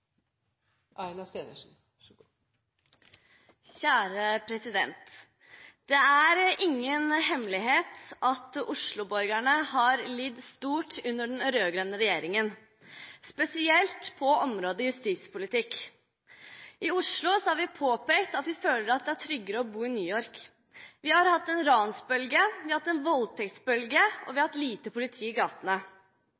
ingen hemmelighet at Oslo-borgerne har lidd stort under den rød-grønne regjeringen, spesielt på området justispolitikk. I Oslo har vi påpekt at vi føler det er tryggere å bo i New York. Vi har hatt en ransbølge, vi har hatt en voldtektsbølge, og vi